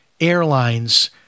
Airlines